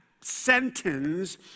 sentence